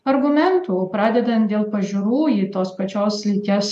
argumentų pradedant dėl pažiūrų į tos pačios lyties